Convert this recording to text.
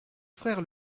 frère